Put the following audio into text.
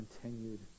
continued